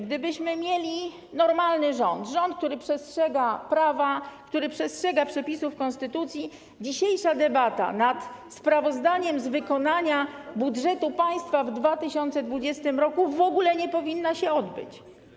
Gdybyśmy mieli normalny rząd, który przestrzega prawa, który przestrzega przepisów konstytucji, dzisiejsza debata nad sprawozdaniem z wykonania budżetu państwa w 2020 r. w ogóle by się nie odbyła.